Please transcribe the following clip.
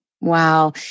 Wow